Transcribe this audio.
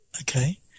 Okay